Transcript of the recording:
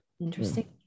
interesting